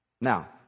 Now